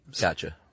Gotcha